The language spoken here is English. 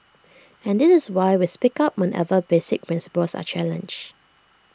and this is why we speak up whenever basic principles are challenged